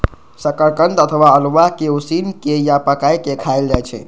शकरकंद अथवा अल्हुआ कें उसिन के या पकाय के खायल जाए छै